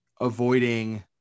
avoiding